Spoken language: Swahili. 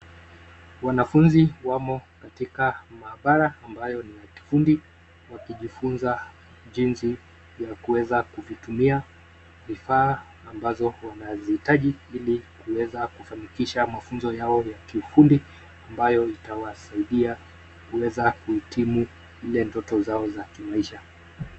Wanafunzi wamo katika maabara ambayo ni ya kifundi wakijifunza jinsi ya kuweza kuvitumia vifaa ambazo wanazihitaji ili kuweza kufanikisha mafunzo yao ya kiufundi ambayo itawasaidia kuweza kuhitimu zile ndoto zao za kimaisha.